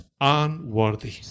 unworthy